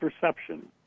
perception